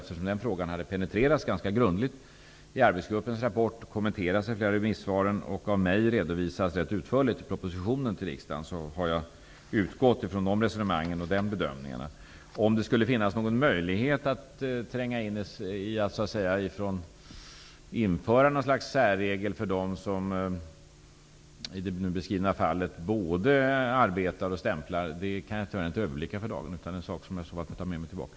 Eftersom den frågan penetrerats ganska grundligt i arbetsgruppens rapport, kommenterats i flera av remisssvaren och av mig redovisats rätt utförligt i proposition till riksdagen har jag utgått från de resonemangen och de bedömningarna. Om det finns en möjlighet att införa något slags särregel för dem som både arbetar och stämplar, som i det nu beskrivna fallet, kan jag tyvärr inte överblicka för dagen. Det är en sak som jag får ta med mig tillbaka.